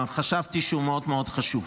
וחשבתי שהוא מאוד מאוד חשוב.